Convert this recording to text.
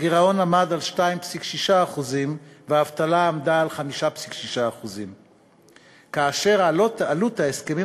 הגירעון עמד על 2.6% והאבטלה עמדה על 5.6%. עלות ההסכמים